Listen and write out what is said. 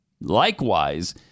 Likewise